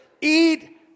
eat